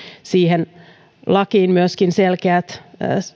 siihen lakiin myöskin selkeät